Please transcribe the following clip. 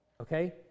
Okay